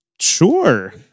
Sure